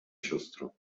siostro